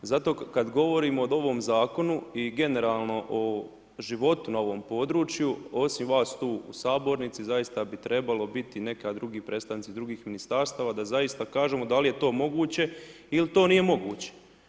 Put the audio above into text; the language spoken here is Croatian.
Zato kad govorimo o ovom zakonu i generalno o životu na ovom području, osim vas tu u sabornici, zaista bi trebalo biti neki drugi predstavnici drugih ministarstava da zaista kažemo da li je to moguće ili to nije moguće.